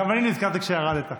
גם אני נזכרתי כשירדת.